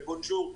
בונז'ור,